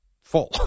full